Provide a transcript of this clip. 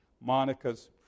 Monica's